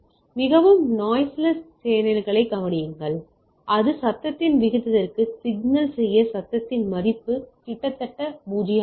மிகவும் நாய்ஸ்லெஸ் சேனலைக் கவனியுங்கள் இதில் சத்தத்தின் விகிதத்திற்கு சிக்னல் செய்ய சத்தத்தின் மதிப்பு கிட்டத்தட்ட 0 ஆகும்